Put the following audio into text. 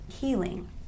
healing